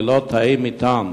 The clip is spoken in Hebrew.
ללא תאי מטען